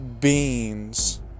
beans